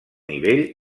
nivell